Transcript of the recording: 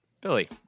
Billy